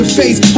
face